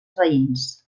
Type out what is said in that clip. veïns